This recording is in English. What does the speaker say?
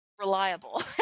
Reliable